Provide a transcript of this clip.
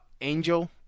Angel